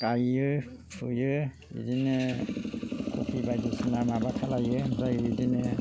गायो फुयो बिदिनो कबि बायदिसिना माबा खालामो ओमफ्राय बिदिनो